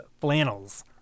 flannels